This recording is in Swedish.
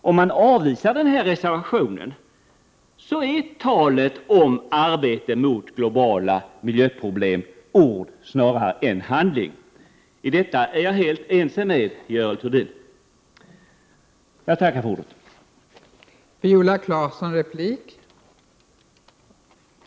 Om man avvisar denna reservation är talet om arbete mot globala miljöproblem ord snarare än handling. Där är jag ense med Görel Thurdin. Jag tackar för ordet.